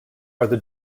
are